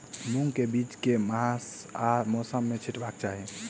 मूंग केँ बीज केँ मास आ मौसम मे छिटबाक चाहि?